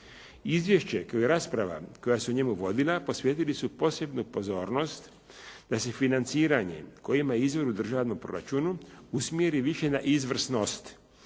Izvješće, kao i rasprava koja se o njemu vodila, posvetili su posebnu pozornost da se financiranje koje ima izvor u državnom proračunu usmjeri više na izvrsnost,